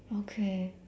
okay